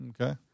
Okay